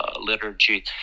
liturgy